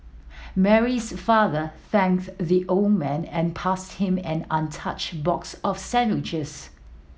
Mary's father thanked the old man and passed him an untouched box of sandwiches